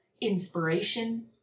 inspiration